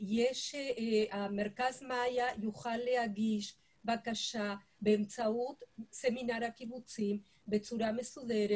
מרכז 'מאיה' יוכל להגיש בקשה באמצעות סמינר הקיבוצים בצורה מסודרת,